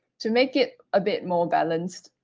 to make it a bit more balanced,